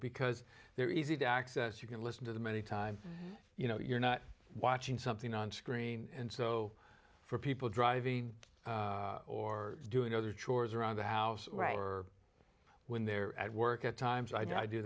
because they're easy to access you can listen to the many times you know you're not watching something on screen and so for people driving or doing other chores around the house right or when they're at work at times i